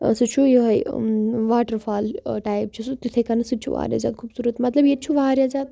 سُہ چھُ یِہٕے واٹَر فال ٹایِپ چھِ سُہ تِتھَے کَںَتھ سُہ تہِ چھُ واریاہ زیادٕ خوٗبصوٗرت مطلب ییٚتہِ چھُ واریاہ زیادٕ